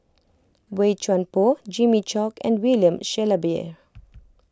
Boey Chuan Poh Jimmy Chok and William Shellabear